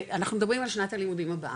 אנחנו מדברים על שנת הלימודים הבאה,